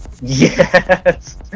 Yes